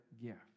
gift